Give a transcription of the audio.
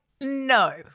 No